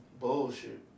bullshit